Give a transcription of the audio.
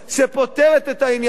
שפותרת את העניין,